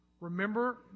Remember